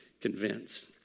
convinced